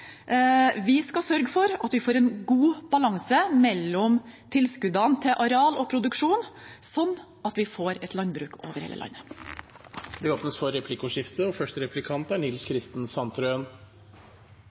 Vi skal sørge for at vi får en god balanse mellom tilskuddene til areal og produksjon, slik at vi får et landbruk over hele landet. Det blir replikkordskifte.